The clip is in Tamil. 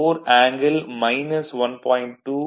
4 ஆங்கில் 1